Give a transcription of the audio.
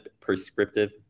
prescriptive